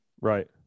Right